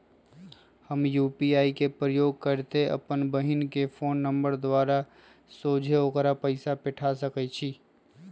हम यू.पी.आई के प्रयोग करइते अप्पन बहिन के फ़ोन नंबर द्वारा सोझे ओकरा पइसा पेठा सकैछी